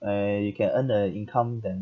eh you can earn the income then